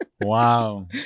Wow